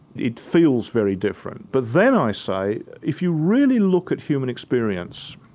it feels very different. but then i say, if you really look at human experience,